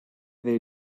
they